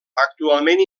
actualment